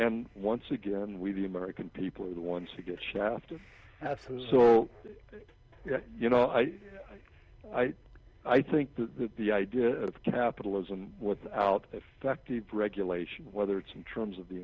and once again we the american people are the ones who get shafted so you know i i i think the the idea of capitalism without effective regulation whether it's interims of the